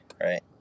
Right